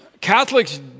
Catholics